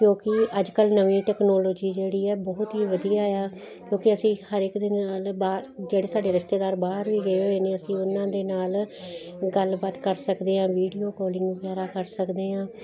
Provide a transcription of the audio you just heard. ਕਿਉਂਕਿ ਅੱਜ ਕੱਲ੍ਹ ਨਵੀਂ ਟੈਕਨੋਲੋਜੀ ਜਿਹੜੀ ਹੈ ਬਹੁਤ ਹੀ ਵਧੀਆ ਆ ਕਿਉਂਕਿ ਅਸੀਂ ਹਰ ਇੱਕ ਦੇ ਨਾਲ ਬਾ ਜਿਹੜੇ ਸਾਡੇ ਰਿਸ਼ਤੇਦਾਰ ਬਾਹਰ ਵੀ ਗਏ ਹੋਏ ਨੇ ਅਸੀਂ ਉਹਨਾਂ ਦੇ ਨਾਲ ਗੱਲਬਾਤ ਕਰ ਸਕਦੇ ਹਾਂ ਵੀਡੀਓ ਕਾਲਿੰਗ ਵਗੈਰਾ ਕਰ ਸਕਦੇ ਹਾਂ